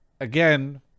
Again